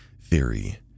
theory